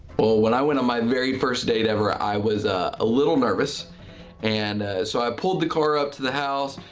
well when i went on my very first date ever i was a little nervous and so i pulled the car up to the house.